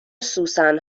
سوسن